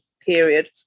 period